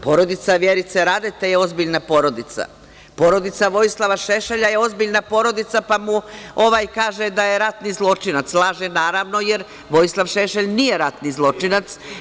Porodica Vjerice Radete je ozbiljna porodica, porodica Vojislava Šešelja je ozbiljna porodica pa mu ovaj kaže da je ratni zločinac, laže naravno jer Vojislav Šešelj nije ratni zločinac.